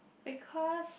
because